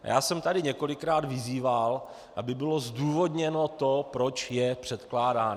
Já jsem tady několikrát vyzýval, aby bylo zdůvodněno to, proč je předkládán.